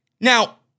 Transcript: Now